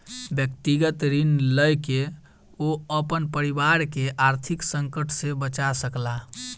व्यक्तिगत ऋण लय के ओ अपन परिवार के आर्थिक संकट से बचा सकला